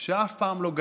שאף פעם לא גנב,